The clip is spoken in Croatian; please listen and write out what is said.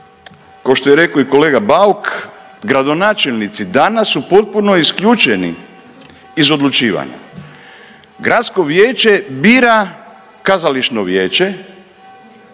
kao što je rekao i kolega Bauk gradonačelnici danas su potpuno isključeni iz odlučivanja. Gradsko vijeće bira kazališno vijeće,